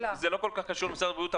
זה לא כל כך קשור למשרד הבריאות,